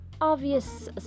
obvious